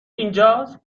اینجاست